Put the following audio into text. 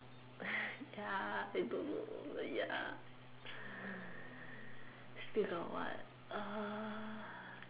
ya they don't know ya still got what uh